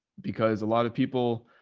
because a lot of people,